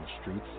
streets